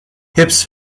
hips